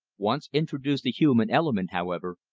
once introduce the human element, however,